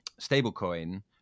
stablecoin